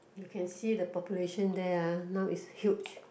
you can see the population there uh now is huge